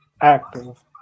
active